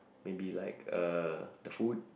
maybe like uh the food